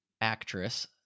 actress